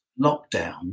lockdown